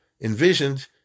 envisioned